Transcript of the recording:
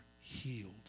healed